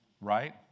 Right